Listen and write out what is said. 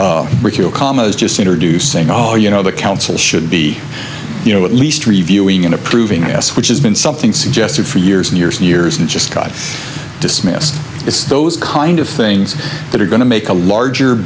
that commas just introducing all you know the council should be you know at least reviewing in approving us which has been something suggested for years and years and years and just got dismissed it's those kind of things that are going to make a larger